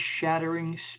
shattering